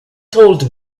told